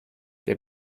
der